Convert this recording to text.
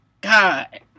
God